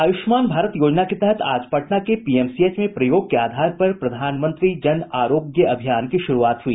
आयुष्मान भारत योजना के तहत आज पटना के पीएमसीएच में प्रयोग के आधार पर प्रधानमंत्री जन आरोग्य अभियान की शुरूआत हुई